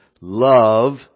love